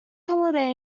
holiday